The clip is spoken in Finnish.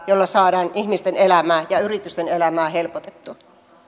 jolla saadaan ihmisten elämää ja ja yritysten elämää helpotettua